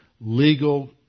legal